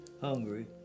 hungry